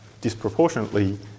disproportionately